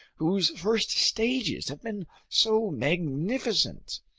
whose first stages have been so magnificent.